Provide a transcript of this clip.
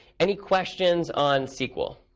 any questions on sql?